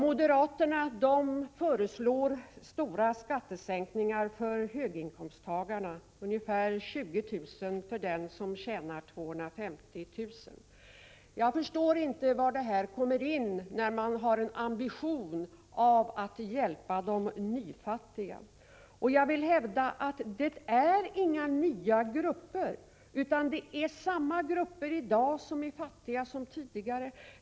Moderaterna föreslår stora skattesänkningar för höginkomsttagarna, ungefär 20 000 kr. för den som tjänar 250 000 kr. Jag förstår inte var detta kommer in när man påstår sig ha ambitionen att hjälpa de nyfattiga. Jag vill hävda att de nyfattiga inte är några nya grupper. Det är samma grupper som tidigare som är fattiga nu.